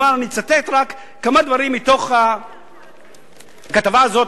אבל אני אצטט רק כמה דברים מתוך הכתבה הזאת,